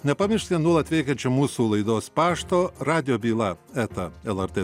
nepamirškite nuolat veikiančio mūsų laidos pašto radijo byla eta lrt